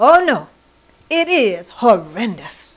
oh no it is horrendous